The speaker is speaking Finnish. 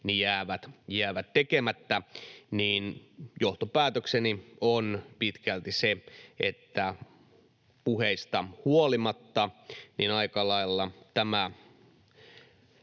jäävät tekemättä, ja johtopäätökseni on pitkälti se, että puheista huolimatta aika lailla tämä